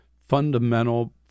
fundamental